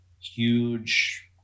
huge